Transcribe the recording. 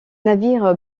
navires